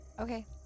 Okay